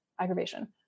aggravation